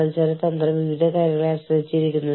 കഴിയുന്നത്ര അന്താരാഷ്ട്ര പരിചയമുള്ള ആളുകളെ നിയമിക്കുക